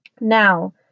Now